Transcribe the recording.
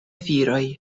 viroj